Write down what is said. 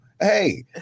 Hey